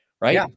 right